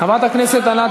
חברת הכנסת ענת